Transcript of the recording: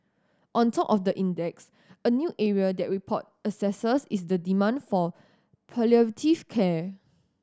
on top of the index a new area that report assesses is the demand for palliative care